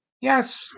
Yes